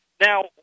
Now